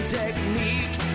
technique